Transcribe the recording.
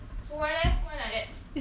why leh why like that